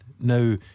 Now